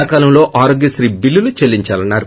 సకాలంలో ఆరోగ్యశ్రీ బిల్లులు చెల్లిందాలన్నారు